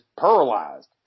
paralyzed